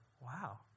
wow